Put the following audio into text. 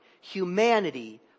humanity